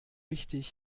wichtig